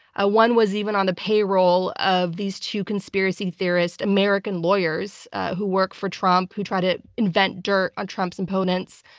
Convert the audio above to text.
ah one was even on the payroll of these two conspiracy theorist american lawyers who work for trump, who try to invent dirt on trump's opponents.